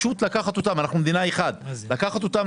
לקחת אותם.